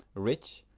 rich,